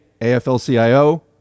AFL-CIO